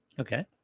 Okay